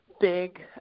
big